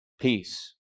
peace